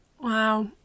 Wow